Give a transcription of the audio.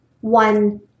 One